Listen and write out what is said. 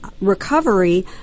recovery